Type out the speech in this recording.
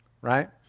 Right